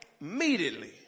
immediately